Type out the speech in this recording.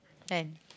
ten